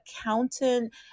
accountant